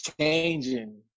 changing